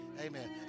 Amen